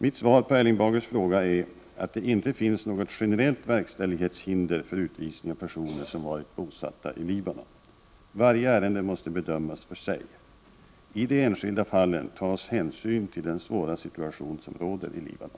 Mitt svar på Erling Bagers fråga är att det inte finns något generellt verkställighetshinder för utvisning av personer som varit bosatta i Libanon. Varje ärende måste bedömas för sig. I de enskilda fallen tas hänsyn till den svåra situation som råder i Libanon.